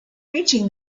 reaching